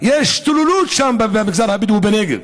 יש השתוללות שם במגזר הבדואי בנגב,